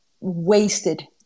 wasted